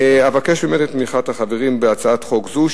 אבקש את תמיכת החברים בהצעת חוק זו,